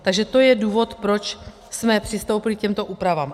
Takže to je důvod, proč jsme přistoupili k těmto úpravám.